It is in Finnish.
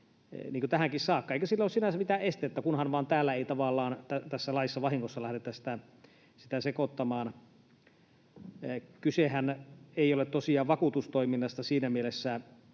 niin kuin tähänkin saakka. Eikä sille ole sinänsä mitään estettä, kunhan vain tässä laissa ei tavallaan vahingossa lähdetä sitä sekoittamaan. Kysehän ei ole Kevassa tosiaan vakuutustoiminnasta siinä mielessä,